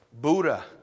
Buddha